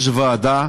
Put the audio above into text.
יש ועדה,